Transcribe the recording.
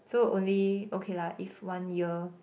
so only okay lah if one year